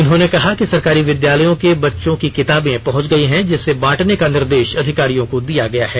उन्होंने कहा कि सरकारी विद्यालयों के बच्चों की कितांबे पहुंच गई है जिसे बांटने का निर्देश अधिकारियों को दिया गया है